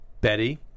betty